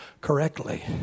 correctly